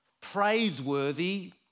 praiseworthy